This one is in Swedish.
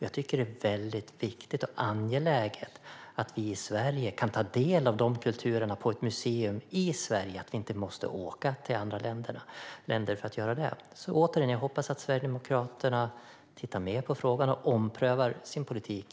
Jag tycker att det är väldigt viktigt och angeläget att vi kan ta del av dessa kulturer på ett museum i Sverige och inte måste åka till andra länder för att göra det. Jag hoppas återigen att Sverigedemokraterna tittar mer på frågan och omprövar sin politik.